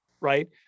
right